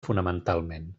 fonamentalment